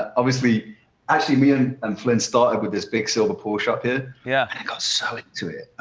obviously actually, me and and flynn started with this big silver porsche up here. yeah. and i got so into it.